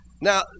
Now